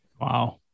Wow